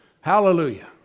Hallelujah